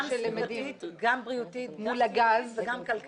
בריאותית וגם כלכלית.